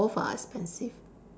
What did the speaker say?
both are expensive